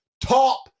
Top